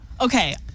Okay